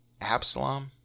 Absalom